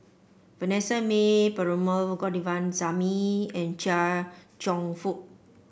Vanessa Mae Perumal Govindaswamy and Chia Cheong Fook